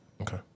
Okay